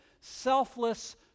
selfless